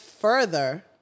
further